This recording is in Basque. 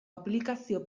aplikazio